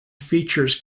features